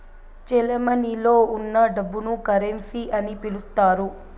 చెలమణిలో ఉన్న డబ్బును కరెన్సీ అని పిలుత్తారు